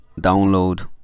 download